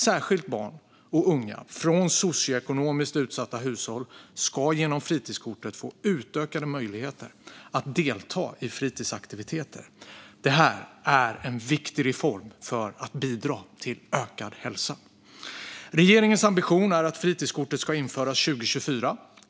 Särskilt barn och unga från socioekonomiskt utsatta hushåll ska genom fritidskortet få utökade möjligheter att delta i fritidsaktiviteter. Detta är en viktig reform för att bidra till ökad hälsa. Regeringens ambition är att fritidskortet ska införas 2024.